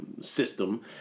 system